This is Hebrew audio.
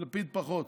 לפיד פחות,